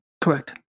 correct